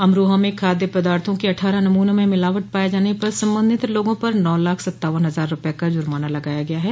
अमरोहा में खाद्य पदार्थो के अट्ठारह नमूनों में मिलावट पाये जाने पर संबंधित लोगों पर नौ लाख सत्तावन हजार रूपये का जुर्माना लगाया गया है